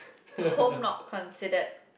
home not considered